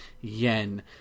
yen